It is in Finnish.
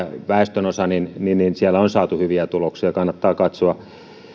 väestönosa on saatu hyviä tuloksia kannattaa katsoa